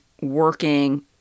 working